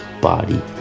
body